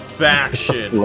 faction